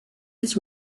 its